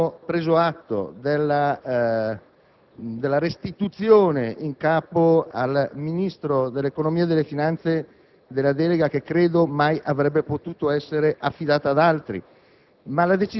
Abbiamo preso atto della restituzione in capo al Ministro dell'economia e delle finanze della delega, che credo mai avrebbe potuto essere affidata ad altri,